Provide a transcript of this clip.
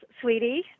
Sweetie